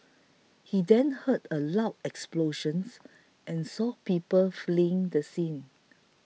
he then heard a loud explosions and saw people fleeing the scene